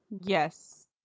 Yes